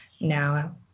now